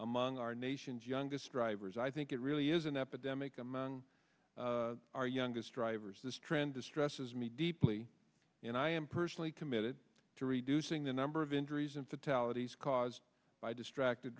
among our nation's youngest drivers i think it really is an epidemic among our youngest drivers this trend distresses me deeply and i am personally committed to reducing the number of injuries and fatalities caused by distracted